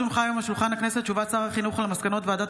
הודעות שר החינוך על מסקנות ועדת